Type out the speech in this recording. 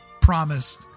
promised